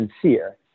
sincere